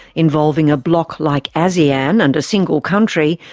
involving a bloc like asean and a single country,